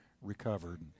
recovered